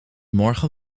morgen